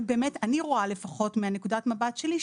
לפחות מנקודת המבט שלי,